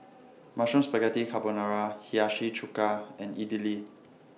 Mushroom Spaghetti Carbonara Hiyashi Chuka and Idili